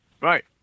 Right